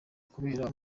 kubera